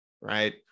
right